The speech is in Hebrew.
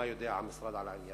מה יודע המשרד על העניין?